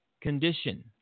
condition